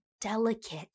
delicate